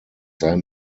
sei